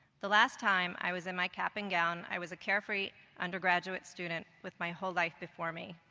the last time i was in my cap and gown i was a carefree undergraduate student with my whole life before me.